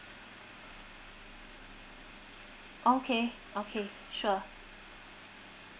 okay okay sure